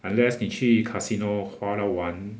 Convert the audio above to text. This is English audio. unless 你去 casino 花到完